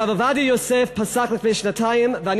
הרב עובדיה יוסף פסק לפני שנתיים: